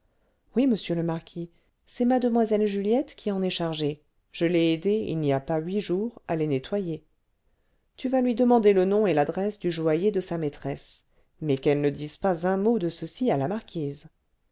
oui monsieur le marquis c'est mlle juliette qui en est chargée je l'ai aidée il n'y a pas huit jours à les nettoyer tu vas lui demander le nom et l'adresse du joaillier de sa maîtresse mais qu'elle ne dise pas un mot de ceci à la marquise